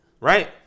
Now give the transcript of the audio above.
right